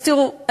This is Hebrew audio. אז תראו,